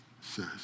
says